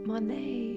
Monet